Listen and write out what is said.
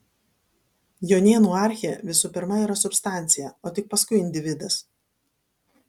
jonėnų archė visų pirma yra substancija o tik paskui individas